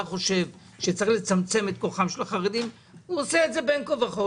חושב שצריך לצמצם את כוחם של החרדים הוא עושה את זה בין כה וכה,